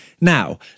Now